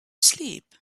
sleep